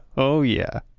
oh yeah.